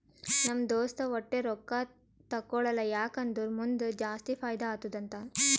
ನಮ್ ದೋಸ್ತ ವಟ್ಟೆ ರೊಕ್ಕಾ ತೇಕೊಳಲ್ಲ ಯಾಕ್ ಅಂದುರ್ ಮುಂದ್ ಜಾಸ್ತಿ ಫೈದಾ ಆತ್ತುದ ಅಂತಾನ್